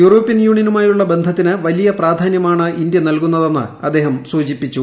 European യൂണിയനുമായുള്ള ബന്ധത്തിന് വലിയ പ്രാധാന്യമാണ് ഇന്ത്യ നൽകുന്നതെന്ന് അദ്ദേഹം സൂചിപ്പിച്ചു